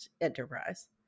enterprise